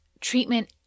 treatment